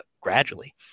gradually